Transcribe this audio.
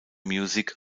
music